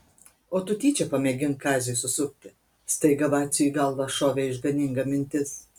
o tu tyčia pamėgink kaziui susukti staiga vaciui į galvą šovė išganinga mintis